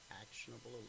actionable